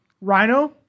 Rhino